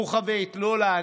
חוכא ואיטלולא.